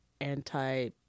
anti